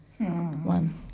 One